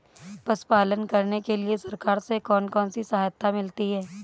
पशु पालन करने के लिए सरकार से कौन कौन सी सहायता मिलती है